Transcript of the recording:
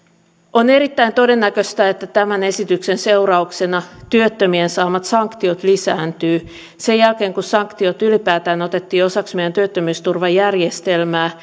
on erittäin todennäköistä että tämän esityksen seurauksena työttömien saamat sanktiot lisääntyvät sen jälkeen kun sanktiot ylipäätään otettiin osaksi meidän työttömyysturvajärjestelmää